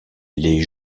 les